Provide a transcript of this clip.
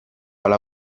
alla